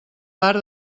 bar